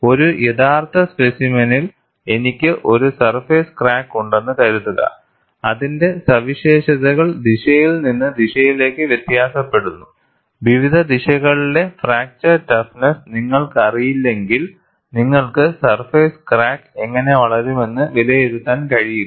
ഒരു യഥാർത്ഥ സ്പെസിമെനിൽ എനിക്ക് ഒരു സർഫേസ് ക്രാക്ക് ഉണ്ടെന്ന് കരുതുക അതിന്റെ സവിശേഷതകൾ ദിശയിൽ നിന്ന് ദിശയിലേക്ക് വ്യത്യാസപ്പെടുന്നു വിവിധ ദിശകളിലെ ഫ്രാക്ചർ ടഫ്നെസ്സ് നിങ്ങൾക്കറിയില്ലെങ്കിൽ നിങ്ങൾക്ക് സർഫേസ് ക്രാക്ക് എങ്ങനെ വളരുമെന്ന് വിലയിരുത്താൻ കഴിയില്ല